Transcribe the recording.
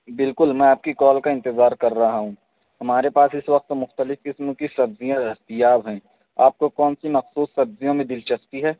بالکل میں آپ کی کال کا انتظار کر رہا ہوں ہمارے پاس اس وقت مختلف قسم کی سبزیاں دستیاب ہیں آپ کو کون سی مخصوص سبزیوں میں دلچسپی ہے